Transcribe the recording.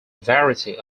variety